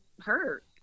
hurt